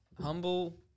Humble